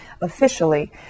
officially